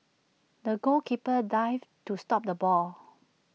the goalkeeper dived to stop the ball